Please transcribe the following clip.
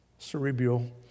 Cerebral